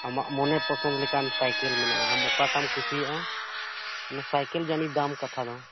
ᱟᱢᱟᱜ ᱢᱚᱱᱮ ᱯᱚᱥᱚᱱᱫ ᱞᱮᱠᱟᱱ ᱥᱟᱭᱠᱮᱞ ᱢᱮᱱᱟᱜᱼᱟ ᱟᱢ ᱚᱠᱟᱴᱟᱜ ᱮᱢ ᱠᱩᱥᱤᱭᱟᱜᱼᱟ ᱚᱱᱟ ᱥᱟᱭᱠᱮᱞ ᱡᱟᱹᱱᱤ ᱫᱟᱢ ᱠᱟᱛᱷᱟ ᱫᱚ